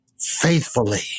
faithfully